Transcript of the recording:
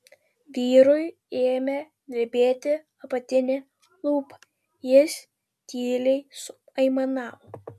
vyrui ėmė drebėti apatinė lūpa jis tyliai suaimanavo